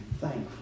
thankful